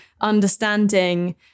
understanding